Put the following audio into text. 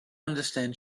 understand